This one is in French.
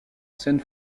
scène